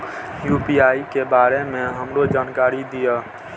UPI के बारे में हमरो जानकारी दीय?